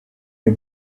may